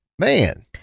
Man